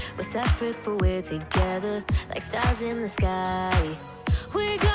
we're separate, but we're together like stars in the sky we